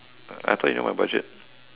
I thought you know my budget